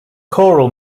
choral